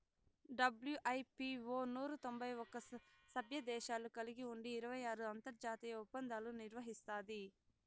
WIPO నూరు తొంభై ఒక్క సభ్యదేశాలు కలిగి ఉండి ఇరవై ఆరు అంతర్జాతీయ ఒప్పందాలు నిర్వహిస్తాది